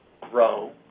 grow